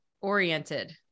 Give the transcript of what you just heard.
oriented